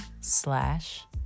slash